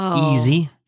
easy